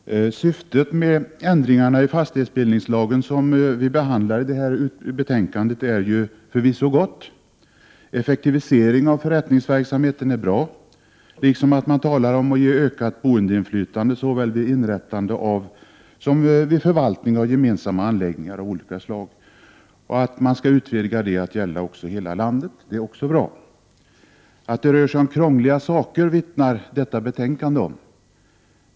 Herr talman! Syftet med ändringarna i fastighetsbildningslagen som vi behandlar i det här betänkandet är förvisso gott. Effektivisering av förrättningsverksamheten är bra, liksom att man talar om att ge ökat boendeinflytande såväl vid inrättande av som vid förvaltning av gemensamma anläggningar av olika slag. Att den rätten skall utvidgas till att gälla hela landet är också bra. Att det rör sig om krångliga saker vittnar betänkandet om.